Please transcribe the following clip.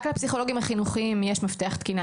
רק לפסיכולוגים החינוכיים יש מפתח תקינה.